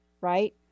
right